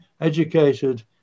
educated